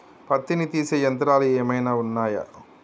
పత్తిని తీసే యంత్రాలు ఏమైనా ఉన్నయా?